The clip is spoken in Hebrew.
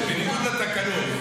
זה בניגוד לתקנון,